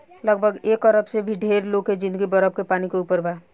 लगभग एक अरब से भी ढेर लोग के जिंदगी बरफ के पानी के ऊपर बा